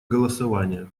голосования